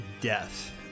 Death